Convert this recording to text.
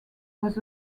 was